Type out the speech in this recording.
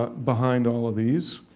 behind all of these.